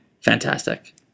fantastic